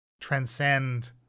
transcend